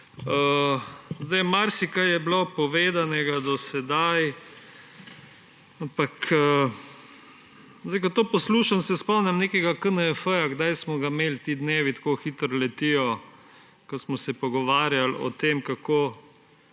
ljudje? Marsikaj je bilo povedanega do sedaj, ampak ko to poslušam, se spomnim nekega KNJF, kdaj smo ga imeli, ti dnevi tako hitro letijo, ko smo se pogovarjali o tem, kako